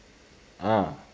ah